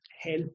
help